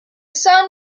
sun